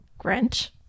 Grinch